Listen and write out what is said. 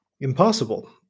impossible